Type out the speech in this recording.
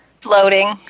Floating